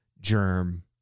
germ